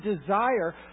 desire